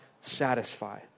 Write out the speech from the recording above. satisfy